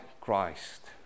Christ